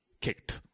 kicked